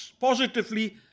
positively